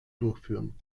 durchführen